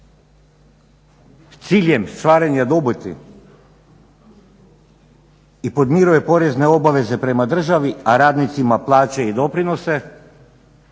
s ciljem stvaranja dobiti i podmiruje porezne obveze prema državi, a radnicima plaće i doprinose